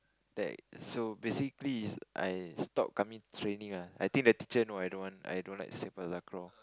then so basically is I stop coming to training lah I think the teacher know I don't want I don't like Sepak takraw